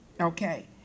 okay